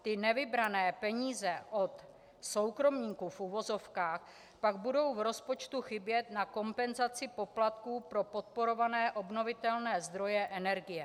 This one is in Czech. Ty nevybrané peníze od soukromníků v uvozovkách pak budou v rozpočtu chybět na kompenzaci poplatků pro podporované obnovitelné zdroje energie.